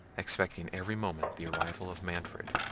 expecting every moment the arrival of manfred,